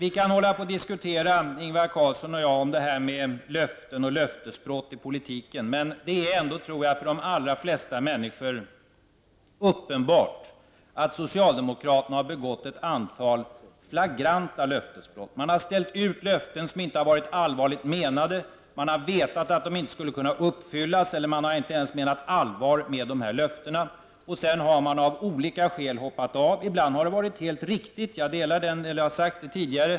Ingvar Carlsson och jag kan hålla på och diskutera frågan om löften och löftesbrott i politiken, men det är ändå, tror jag, för de allra flesta människor uppenbart att socialdemokraterna har begått ett antal flagranta löftesbrott. Man har givit löften som inte varit allvarligt menade. Man har vetat att de inte skulle kunna uppfyllas eller man har inte ens menat allvar med dem. Av olika skäl har man sedan hoppat av, något som ibland har varit helt riktigt. Det har jag sagt tidigare.